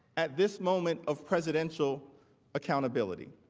at this moment of presidential accountability?